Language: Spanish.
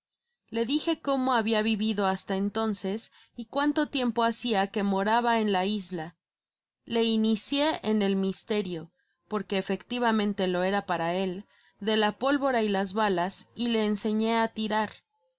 le dije cómo habia vivido hasta entonces y cuánto tiempo hacia que moraba en la isla le inicio en el misterio porque efectivamente lo era para él de la pólvora y las balas y le enseñé á tirar